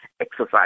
exercise